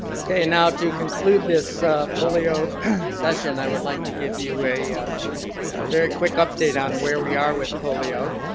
okay, now to conclude this polio session, i would like to give you a very quick update on where we are with polio